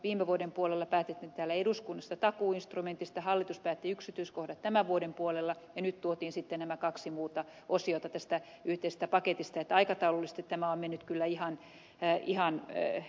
viime vuoden puolella päätettiin täällä eduskunnassa takuuinstrumentista hallitus päätti yksityiskohdat tämän vuoden puolella ja nyt tuotiin sitten nämä kaksi muuta osiota tästä yhteisestä paketista niin että aikataulullisesti tämä on mennyt kyllä ihan nappiin